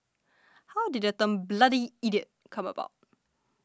how did the term bloody idiot come about